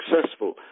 successful